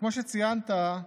כמו שציינת,